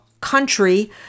country